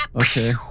Okay